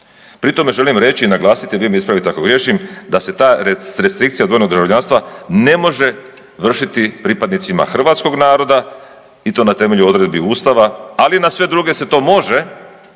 Pri tome želim reći i naglasiti, vi me ispravite ako griješim, da se ta restrikcija dvojnog državljanstva ne može vršiti pripadnicima hrvatskog naroda i to na temelju odredbi Ustava, ali na sve druge se to može